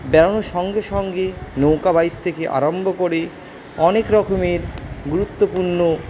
বেড়ানোর সঙ্গে সঙ্গে নৌকা বাইচ থেকে আরাম্ভ করে অনেক রকমের গুরুত্বপূর্ণ